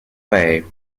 clay